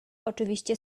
oczywiście